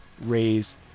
raise